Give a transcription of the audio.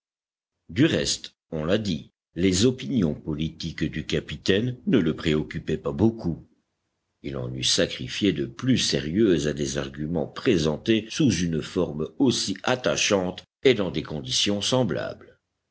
du reste on l'a dit les opinions politiques du capitaine ne le préoccupaient pas beaucoup il en eût sacrifié de plus sérieuses à des arguments présentés sous une forme aussi attachante et dans des conditions semblables